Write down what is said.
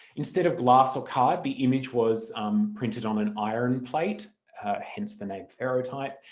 instead of glass or card the image was printed on an iron plate hence the name ferrotype.